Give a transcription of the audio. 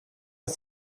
ist